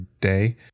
day